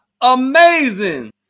amazing